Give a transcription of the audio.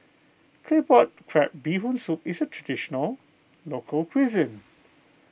Claypot Crab Bee Hoon Soup is a Traditional Local Cuisine